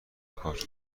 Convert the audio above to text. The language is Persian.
کار